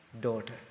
Daughter